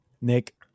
Nick